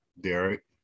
Derek